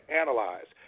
analyze